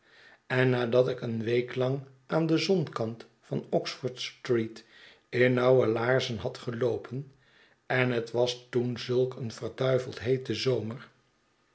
en nadat ik een week lang aan den zonkant van oxfordstreet in nauwe laarzen had geloopen en het was toen zulk een verduiveld heete zomer